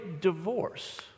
divorce